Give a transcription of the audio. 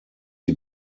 sie